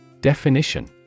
Definition